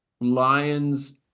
Lions